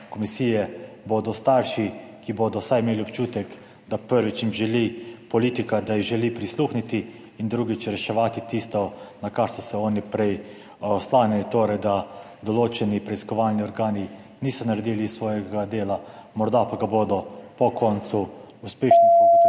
komisije, starši, ki bodo vsaj imeli občutek, prvič, da jim politika želi prisluhniti, in drugič, reševati tisto, na kar so se oni prej naslanjali, da določeni preiskovalni organi torej niso naredili svojega dela, morda pa ga bodo po koncu uspešnih ugotovitev